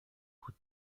vous